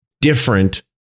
different